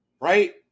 right